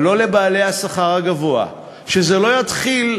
חוק משק הגז הטבעי כיום אוסר לזקק נפט,